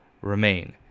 remain